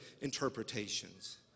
interpretations